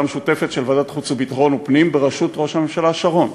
משותפת של ועדת החוץ והביטחון וועדת הפנים בראשות ראש הממשלה שרון,